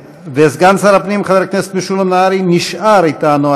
סגן שר הפנים חבר הכנסת משולם נהרי נשאר איתנו